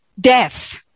death